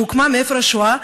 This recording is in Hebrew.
שהוקמה מאפר השואה,